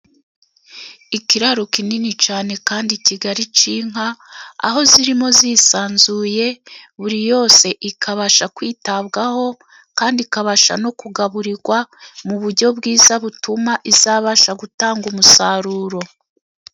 Ikiraro kinini cyane kandi kigari cy'inka, aho zirimo zisanzuye, buri yose ikabasha kwitabwaho kandi ikabasha no kugaburirwa mu buryo bwiza, butuma izabasha gutanga umusaruro.